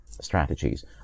strategies